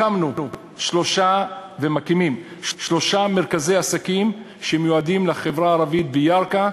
הקמנו ומקימים שלושה מרכזי עסקים שמיועדים לחברה הערבית בירכא,